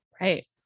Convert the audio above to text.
Right